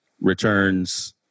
returns